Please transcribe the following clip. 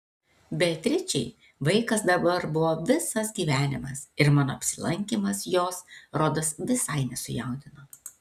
beatričei vaikas dabar buvo visas gyvenimas ir mano apsilankymas jos rodos visai nesujaudino